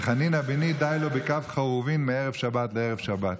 וחנינא בני די לו בקב חרובים מערב שבת לערב שבת".